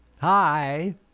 Hi